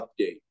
update